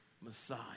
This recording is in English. Messiah